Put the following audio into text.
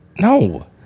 no